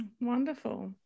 wonderful